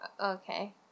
Okay